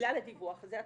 בגלל הדיווח הזה.